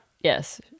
Yes